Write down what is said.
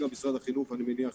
גם משרד החינוך, אני מניח,